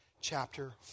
chapter